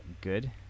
good